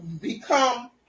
become